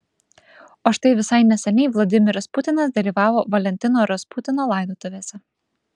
o štai visai neseniai vladimiras putinas dalyvavo valentino rasputino laidotuvėse